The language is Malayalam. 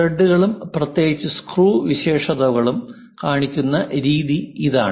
ത്രെഡുകളും പ്രത്യേക സ്ക്രൂ സവിശേഷതകളും കാണിക്കുന്ന രീതി ഇതാണ്